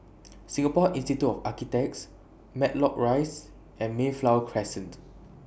Singapore Institute of Architects Matlock Rise and Mayflower Crescent